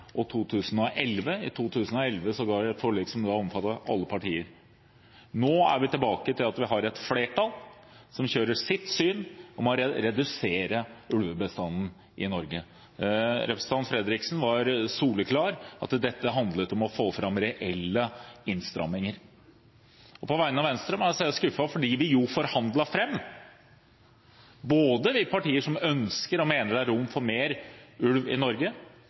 flertall som kjører gjennom sitt syn om å redusere ulvebestanden i Norge. Representanten Fredriksen sa soleklart at dette handlet om å få fram reelle innstramminger. På vegne av Venstre må jeg si jeg er skuffet, fordi vi også denne gangen forhandlet fram – både de partier som ønsker og mener det er rom for mer ulv i Norge,